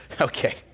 Okay